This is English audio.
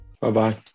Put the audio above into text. bye-bye